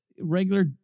regular